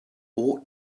ought